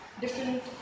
different